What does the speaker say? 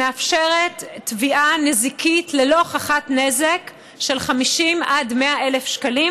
שמאפשרת תביעה נזיקית ללא הוכחת נזק של 50,000 עד 100,000 שקלים.